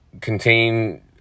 contain